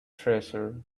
treasure